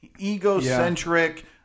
egocentric